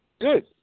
Good